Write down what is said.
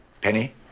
Penny